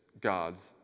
God's